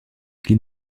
qu’il